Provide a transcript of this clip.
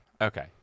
okay